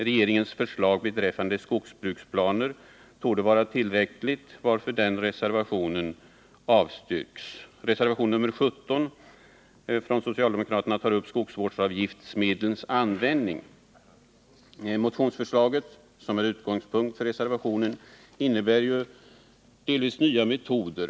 Regeringens förslag beträffande skogsbruksplaner torde vara tillräckligt, varför reservationen avstyrks. I socialdemokraternas reservation nr 17 tas skogsvårdsavgiftsmedlens användning upp. Motionsförslaget, som är utgångspunkt för reservationen, innebär ju delvis nya metoder.